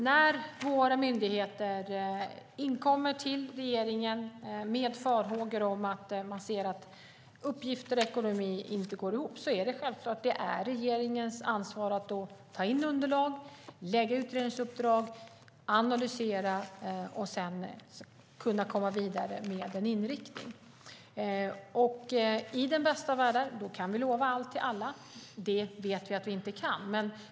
När våra myndigheter inkommer till regeringen med farhågor om att uppgifter och ekonomi inte går ihop är det regeringens ansvar att ta in underlag, lägga ut utredningsuppdrag, analysera och sedan gå vidare med en inriktning. I den bästa av världar kan vi lova allt till alla, men det vet vi att vi inte kan.